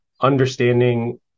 understanding